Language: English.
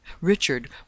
Richard